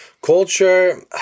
Culture